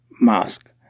mask